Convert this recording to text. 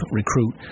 recruit